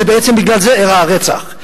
בעצם בגלל זה אירע הרצח.